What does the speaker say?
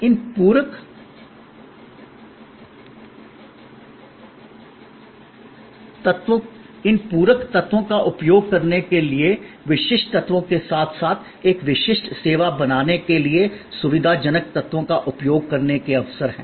इन पूरक तत्वों का उपयोग करने के लिए विशिष्ट तत्वों के साथ साथ एक विशिष्ट सेवा बनाने के लिए सुविधाजनक तत्वों का उपयोग करने के अवसर हैं